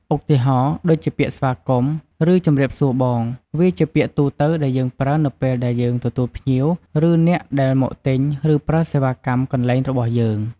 ឧទាហរណ៍ ដូចជាពាក្យស្វាគមន៍ ឬជម្រាបសួរបង វាជាពាក្យទូទៅដែលយើងប្រើនៅពេលដែលយើងទទួលភ្ញៀវ ឬអ្នកដែលមកទិញ ឬប្រើសេវាកម្មកន្លែងរបស់យើង។